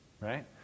right